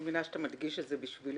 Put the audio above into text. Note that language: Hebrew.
אני מבינה שאתה מדגיש את זה בשבילי.